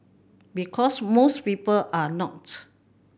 because most people are not